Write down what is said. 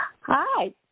Hi